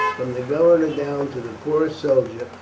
from the governor down to the poorest soldier,